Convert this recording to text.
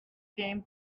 came